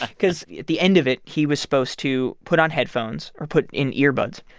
because at the end of it, he was supposed to put on headphones or put in ear buds,